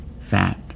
fat